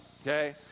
okay